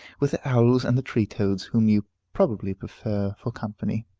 with the owls and the tree-toads, whom you probably prefer for company.